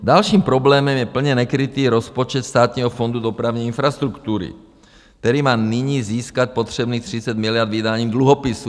Dalším problémem je plně nekrytý rozpočet Státního fondu dopravní infrastruktury, který má nyní získat potřebných 30 miliard vydáním dluhopisů.